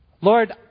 Lord